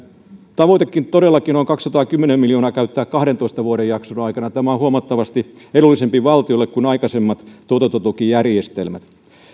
tavoite todellakin on kaksisataakymmentä miljoonaa käyttää kahdentoista vuoden jakson aikana tämä on huomattavasti edullisempi valtiolle kuin aikaisemmat tuotantotukijärjestelmät